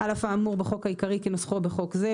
"(2)על אף האמור בחוק העיקרי כנוסחו בחוק זה,